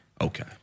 okay